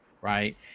right